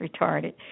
retarded